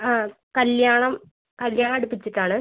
ആ കല്യാണം കല്യാണം അടുപ്പിച്ചിട്ടാണ്